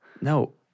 no